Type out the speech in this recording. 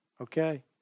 Okay